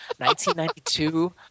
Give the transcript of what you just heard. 1992